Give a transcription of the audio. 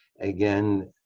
again